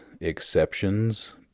exceptions